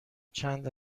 چند